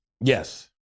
Yes